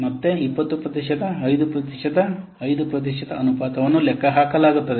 ಮತ್ತೆ 20 ಪ್ರತಿಶತ 5 ಪ್ರತಿಶತ 5 ಪ್ರತಿಶತ ಅನುಪಾತವನ್ನು ಲೆಕ್ಕಹಾಕಲಾಗುತ್ತದೆ